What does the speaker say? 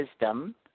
wisdom